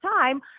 time